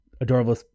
Adorable